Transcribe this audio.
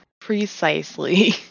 Precisely